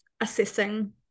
assessing